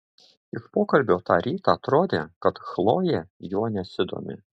iš pokalbio tą rytą atrodė kad chlojė juo nesidomi